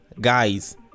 guys